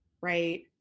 right